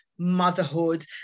motherhood